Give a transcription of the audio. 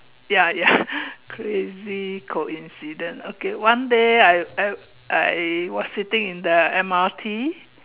ya ya crazy coincident okay one day I I I was sitting in the M_R_T